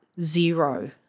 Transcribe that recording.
zero